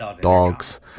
dogs